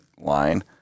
line